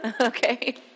okay